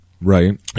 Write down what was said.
Right